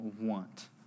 want